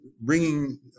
bringing